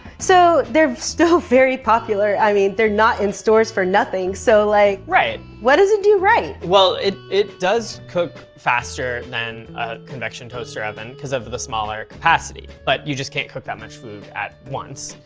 so, they're still very popular. i mean, they're not in stores for nothing. so like right. what does it do right? well, it it does cook faster than a convection toaster oven cause of the smaller capacity, but you just can't cook that much food at once.